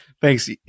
Thanks